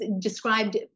described